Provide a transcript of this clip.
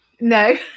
No